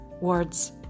words